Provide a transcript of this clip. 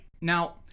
Now